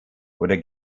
oder